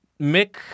Mick